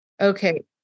Okay